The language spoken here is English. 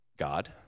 God